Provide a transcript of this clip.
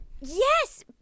yes